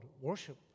worship